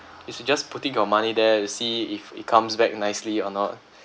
it's you just putting your money there and see if it comes back nicely or not